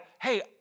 hey